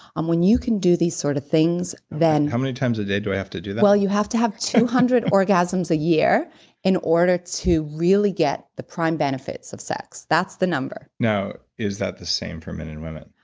and when you can do these sort of things then, how many times a day do i have to do that? well you have to have two hundred orgasms a year in order to really get the prime benefits of sex. that's the number now is that the same for men and women?